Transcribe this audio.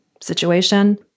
situation